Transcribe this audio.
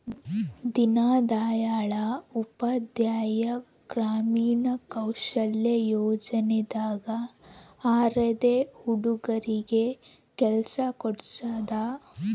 ದೀನ್ ದಯಾಳ್ ಉಪಾಧ್ಯಾಯ ಗ್ರಾಮೀಣ ಕೌಶಲ್ಯ ಯೋಜನೆ ದಾಗ ಅರೆದ ಹುಡಗರಿಗೆ ಕೆಲ್ಸ ಕೋಡ್ಸೋದ